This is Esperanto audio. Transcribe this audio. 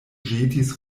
ĵetis